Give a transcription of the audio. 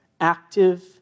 Active